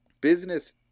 Business